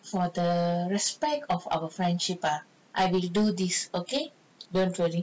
for the respect of our friendship ah I will do this okay don't worry